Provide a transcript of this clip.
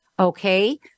Okay